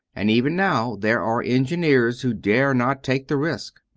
and even now there are engineers who dare not take the risk.